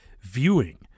viewing